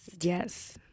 yes